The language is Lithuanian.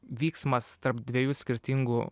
vyksmas tarp dviejų skirtingų